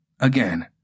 Again